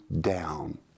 down